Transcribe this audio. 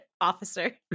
officer